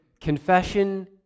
confession